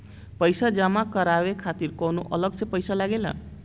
पईसा जमा करवाये खातिर कौनो अलग से पईसा लगेला?